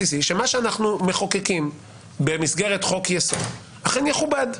לדון בסוגיות עובדתיות,